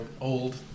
old